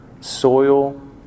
soil